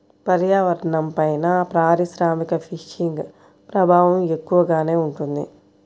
పర్యావరణంపైన పారిశ్రామిక ఫిషింగ్ ప్రభావం ఎక్కువగానే ఉంటుంది